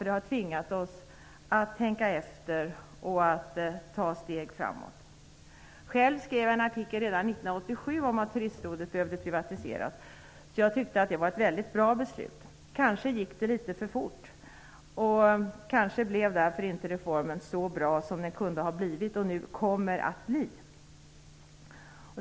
De har tvingat oss att tänka efter och att ta steg framåt. Själv skrev jag en artikel redan 1987 om att Turistrådet behövde privatiseras. Jag tycker att det var ett mycket bra beslut. Det gick kanske litet för fort. Reformen blev kanske inte så bra som den kunde ha blivit och nu kommer att bli.